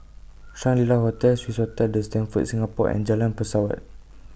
Shangri La Hotel Swissotel The Stamford Singapore and Jalan Pesawat